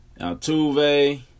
Altuve